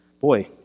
Boy